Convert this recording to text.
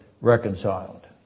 reconciled